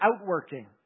outworking